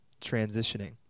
transitioning